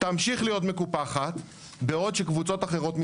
תמשיך להיות מקופחת, בעוד שקבוצות אחרות מתקדמות.